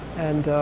and,